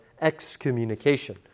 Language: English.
excommunication